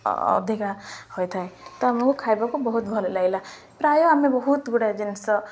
ଅଧିକା ହୋଇଥାଏ ତ ମୁଁ ଖାଇବାକୁ ବହୁତ ଭଲ ଲାଗିଲା ପ୍ରାୟ ଆମେ ବହୁତ ଗୁଡ଼ାଏ ଜିନିଷ